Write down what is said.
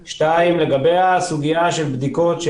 דבר שני, לגבי סוגיית הבדיקות: